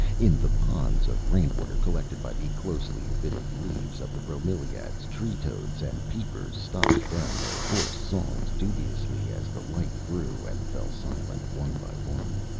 in the ponds of rain-water collected by the closely fitting leaves of the bromeliads tree-toads and peepers stopped down their hoarse songs dubiously as the light grew and fell silent one by one.